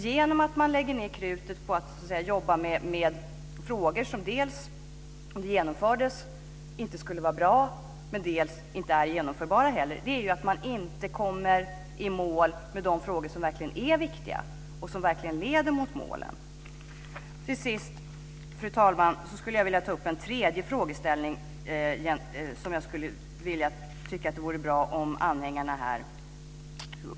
Genom att man lägger krutet på att jobba med frågor som, om det som de gäller genomfördes, inte skulle vara bra och som heller inte är genomförbara, kommer man inte i mål med de frågor som verkligen är viktiga och som verkligen leder mot målen. Till sist, fru talman, har jag ytterligare en fråga.